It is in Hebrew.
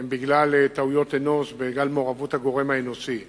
הן בגלל טעויות אנוש, בגלל מעורבות הגורם האנושי.